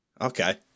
Okay